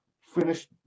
Finish